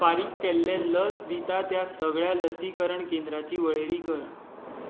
फारीक केल्लें लस दिता त्या सगळ्या लसीकरण केंद्रांची वळेरी कर